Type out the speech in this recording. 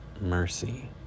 mercy